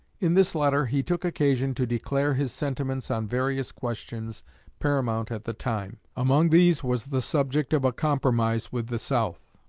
in this letter he took occasion to declare his sentiments on various questions paramount at the time. among these was the subject of a compromise with the south,